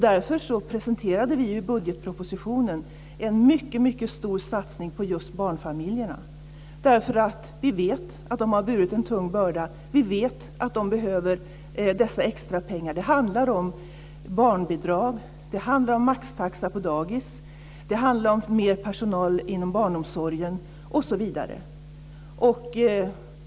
Därför presenterade vi i budgetpropositionen en mycket stor satsning på just barnfamiljerna. Vi vet att de har burit en tung börda. Vi vet att de behöver dessa extra pengar. Det handlar om barnbidrag, om maxtaxa på dagis, om mer personal inom barnomsorgen osv.